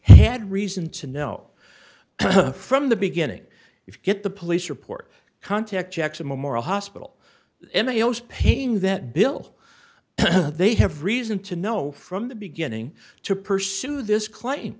had reason to know from the beginning if you get the police report contact jackson memorial hospital in my own pain that bill they have reason to know from the beginning to pursue this claim